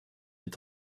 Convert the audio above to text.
est